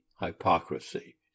hypocrisy